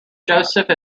joseph